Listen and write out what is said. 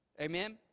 Amen